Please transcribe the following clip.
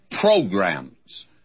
programs